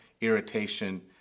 irritation